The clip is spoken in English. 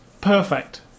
Perfect